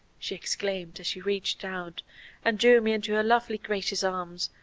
she exclaimed as she reached out and drew me into her lovely gracious arms,